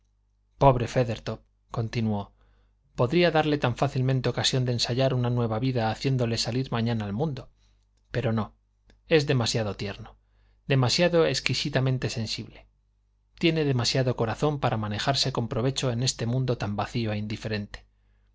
pobre feathertop continuó podría darle fácilmente ocasión de ensayar una nueva vida haciéndole salir mañana al mundo pero no es demasiado tierno demasiado exquisitamente sensible tiene demasiado corazón para manejarse con provecho en este mundo tan vacío e indiferente